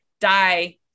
die